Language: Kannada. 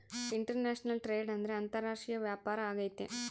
ಇಂಟರ್ನ್ಯಾಷನಲ್ ಟ್ರೇಡ್ ಅಂದ್ರೆ ಅಂತಾರಾಷ್ಟ್ರೀಯ ವ್ಯಾಪಾರ ಆಗೈತೆ